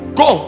go